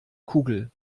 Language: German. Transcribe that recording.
kugel